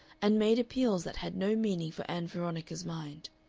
and made appeals that had no meaning for ann veronica's mind.